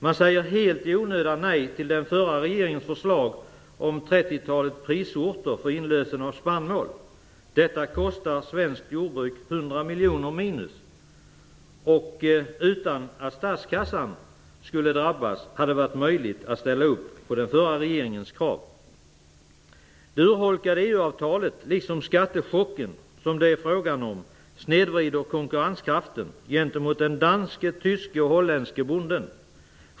Man säger helt i onödan nej till den förra regeringens förslag om 30-talet prisorter för inlösen av spannmål. Detta kostar svenskt jordbruk 100 miljoner mindre. Utan att statskassan skulle drabbas skulle det ha varit möjligt att ställa upp på den förra regeringens krav. Det urholkade EU-avtalet liksom skattechocken, som det är fråga om, snedvrider konkurrenskraften gentemot den danske, tyske och holländske bonden.